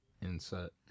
insert